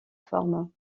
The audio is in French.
formes